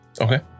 Okay